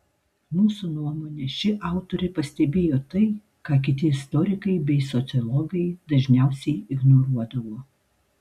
mūsų nuomone ši autorė pastebėjo tai ką kiti istorikai bei sociologai dažniausiai ignoruodavo